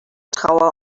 trauer